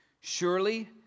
Surely